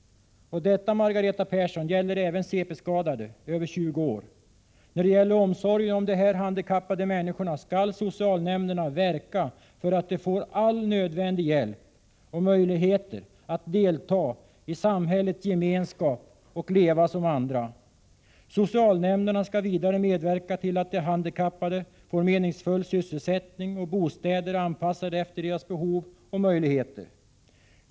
Detta, Margareta Persson, gäller även cp-skadade över 20 år. När det gäller omsorgen om handikappade människor skall socialnämnderna verka för att dessa får all nödvändig hjälp och möjlighet att delta i samhällets gemenskap och att leva som andra. Socialnämnderna skall vidare medverka till att de handikappade får meningsfull sysselsättning och bostäder anpassade efter deras behov och möjligheter.